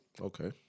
Okay